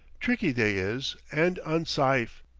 tricky, they is, and unsyfe.